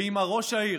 ואם ראש העיר